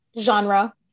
genre